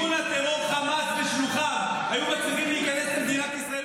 מארגון הטרור חמאס ושלוחיו היו מצליחים להיכנס למדינת ישראל,